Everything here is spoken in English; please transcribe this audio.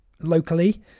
locally